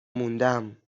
موندم